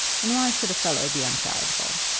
and why should a fellow be uncharitable?